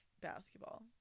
basketball